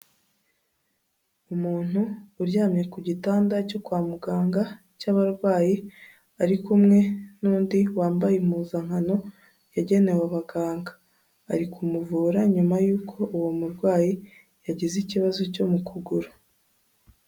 Umuntu uryamye ku gitanda cyo kwa muganga cy'abarwayi, ari kumwe n'undi wambaye impuzankano yagenewe abaganga, ari kumuvura nyuma yuko uwo murwayi yagize ikibazo cyo mu kuguru.